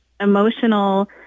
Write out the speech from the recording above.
emotional